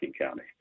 County